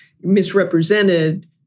misrepresented